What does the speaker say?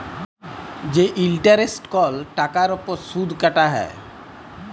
যে ইলটারেস্ট কল টাকার উপর সুদ কাটা হ্যয়